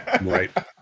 Right